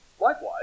likewise